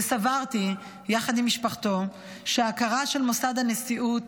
ויחד עם משפחתו סברתי שהכרה של מוסד הנשיאות,